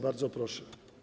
Bardzo proszę.